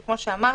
כמו שאמרתי,